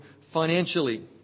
financially